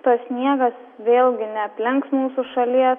tas sniegas vėlgi neaplenks mūsų šalies